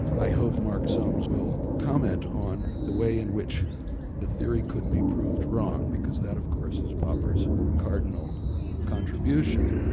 i hope mark soames will comment on the way in which the theory could be proved wrong, because that of course is popper's cardinal contribution,